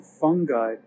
fungi